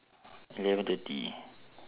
eleven thirty